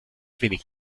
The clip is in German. wenig